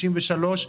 63,